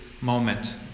moment